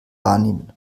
wahrnehmen